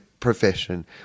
profession